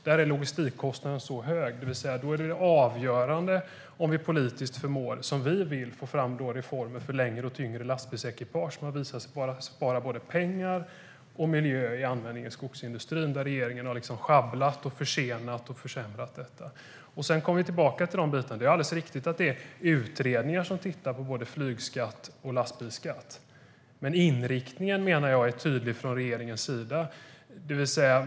Där är logistikkostnaden så hög att det är avgörande om vi politiskt förmår få fram reformer för längre och tyngre lastbilsekipage, vilket Moderaterna vill. Det har visat sig spara både pengar och miljö i användningen i skogsindustrin. Regeringen har sjabblat, försenat och försämrat detta. Sedan kommer vi tillbaka till de andra bitarna. Det är alldeles riktigt att det är utredningar som tittar på både flygskatt och lastbilsskatt, men jag menar att inriktningen från regeringens sida är tydlig.